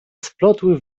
splotły